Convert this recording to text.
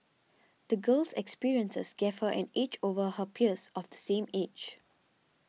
the girl's experiences gave her an edge over her peers of the same age